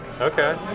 Okay